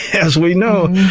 as we know,